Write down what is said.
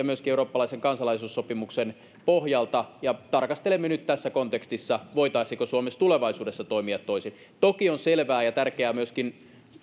myöskin eurooppalaisen kansalaisuussopimuksen pohjalta ja tarkastelemme nyt tässä kontekstissa voitaisiinko suomessa tulevaisuudessa toimia toisin toki on selvää ja tärkeää myöskin